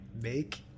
make